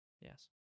yes